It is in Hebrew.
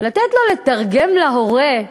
ולתת לו לתרגם להורה,